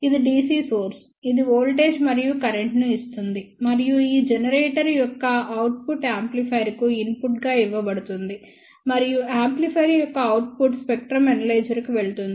ఇది DC source ఇది voltage మరియు కరెంట్ను ఇస్తుంది మరియు ఈ జెనరేటర్ యొక్క అవుట్పుట్ యాంప్లిఫైయర్కు ఇన్పుట్గా ఇవ్వబడుతుంది మరియు యాంప్లిఫైయర్ యొక్క అవుట్పుట్ స్పెక్ట్రం ఎనలైజర్కు వెళుతుంది